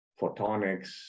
photonics